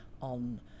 on